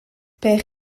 père